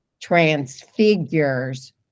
transfigures